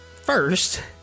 first